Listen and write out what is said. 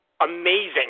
amazing